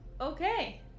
okay